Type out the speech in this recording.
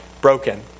broken